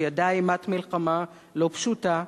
שידע אימת מלחמה לא פשוטה,